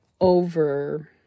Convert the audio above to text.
over